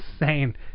insane